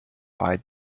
eyed